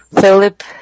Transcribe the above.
Philip